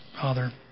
Father